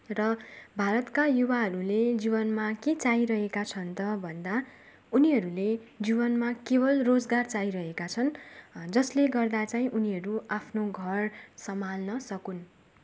र भारतका युवाहरूले जीवनमा के चाहिरहेका छन् त भन्दा उनीहरूले जीवनमा केवल रोजगार चाहिरहेका छन् जसले गर्दा चाहिँ उनीहरू आफ्नो घर सम्हाल्न सकुन्